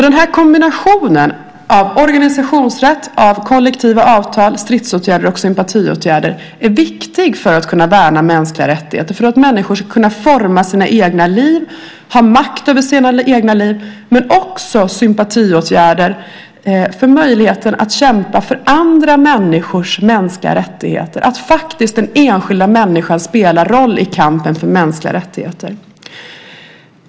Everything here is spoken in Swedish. Den här kombinationen av organisationsrätt, kollektiva avtal, stridsåtgärder och sympatiåtgärder är viktig för att kunna värna mänskliga rättigheter, för att människor ska kunna forma sina egna liv, ha makt över sina egna liv men också för att kämpa för andra människors mänskliga rättigheter. Den enskilda människan spelar faktiskt en roll i kampen för mänskliga rättigheter.